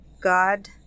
God